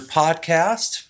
podcast